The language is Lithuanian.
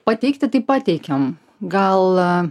pateikti tai pateikiam gal